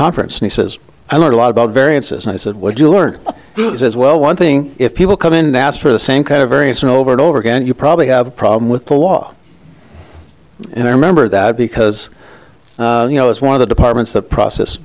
conference and he says i learned a lot about variance as i said what you learn as well one thing if people come in and ask for the same kind of variance and over and over again you probably have a problem with the law and i remember that because you know as one of the departments that process